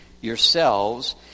yourselves